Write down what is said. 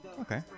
okay